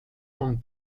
von